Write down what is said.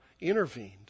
intervened